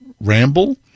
ramble